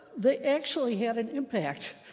they actually had an impact.